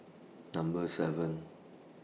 Number seven